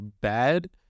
bad